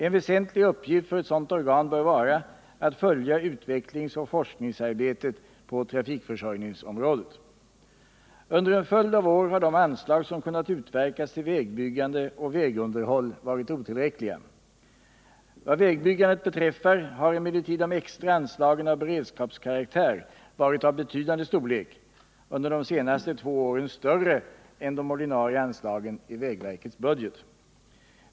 En väsentlig uppgift för ett sådant organ bör vara att följa utvecklingsoch forskningsarbetet på trafikförsörjningsområdet. Under en följd av år har de anslag som kunnat utverkas till vägbyggande och vägunderhåll varit otillräckliga. Vad vägbyggandet beträffar har emellertid de extra anslagen av beredskapskaraktär varit av betydande storlek — under de senaste två åren större.än de ordinarie anslagen i vägverkets budget.